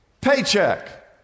paycheck